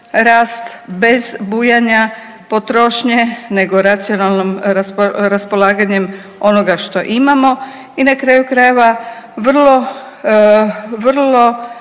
rast bez bujanja potrošnje, nego racionalnom raspolaganjem onoga što imamo, i na kraju krajeva, vrlo, vrlo